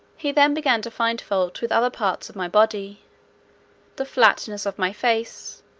he then began to find fault with other parts of my body the flatness of my face,